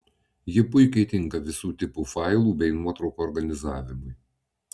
ji puikiai tinka visų tipų failų bei nuotraukų organizavimui